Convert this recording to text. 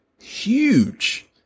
huge